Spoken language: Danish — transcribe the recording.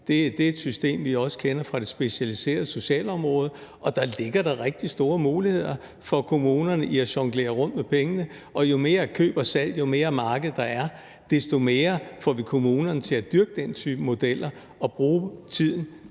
Det er det system, vi også kender fra det specialiserede socialområde. Og der ligger der rigtig store muligheder for kommunerne i at jonglere rundt med pengene, og jo mere køb og salg og marked der er, desto mere får vi kommunerne til at dyrke den type modeller og bruge tiden